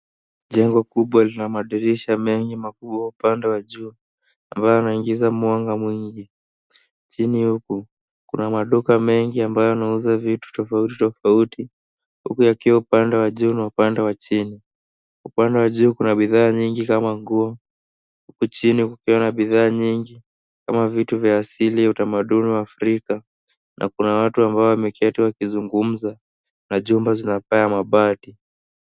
Jengo kubwa lina madirisha mengi makubwa upande wa juu ambayo yanaingiza mwanga mwingi. Chini kuna maduka mengi ambayo yanauza vitu mengi tofauti tofauti huku yakiwa upande wa juu na wa chini. Upande wa juu kuna bidhaa nyingi kama nguo huku chini kukiwa na bidhaa nyingi kama vitu vya asili vya utamaduni wa Afrika na kuna watu ambao wameketi wakizungumza na chumba zinakaa ya mabati.